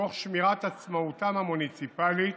תוך שמירת עצמאותם המוניציפלית